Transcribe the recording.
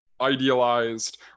idealized